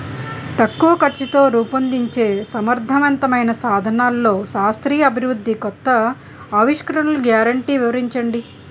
తక్కువ ఖర్చుతో రూపొందించే సమర్థవంతమైన సాధనాల్లో శాస్త్రీయ అభివృద్ధి కొత్త ఆవిష్కరణలు గ్యారంటీ వివరించండి?